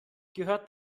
gehört